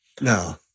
No